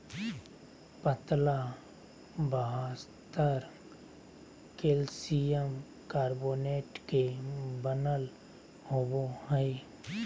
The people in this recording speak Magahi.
पतला बाह्यस्तर कैलसियम कार्बोनेट के बनल होबो हइ